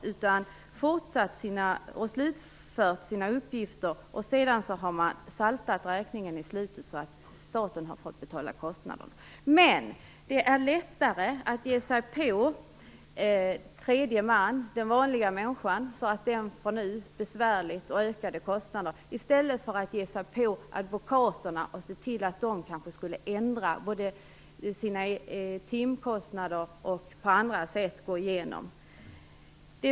I stället har man fortsatt med och slutfört sina uppgifter, och sedan har man saltat räkningen så att staten har fått betala kostnaden. Men det är lättare att ge sig på tredje man, den vanliga människan, så att denne får det besvärligt och får ökade kostnader, än att ge sig på advokaterna och se till att de ändrar sina timkostnader och på andra sätt går igenom sina kostnader.